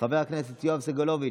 חבר הכנסת יואב סגלוביץ'